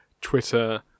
Twitter